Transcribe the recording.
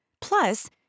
Plus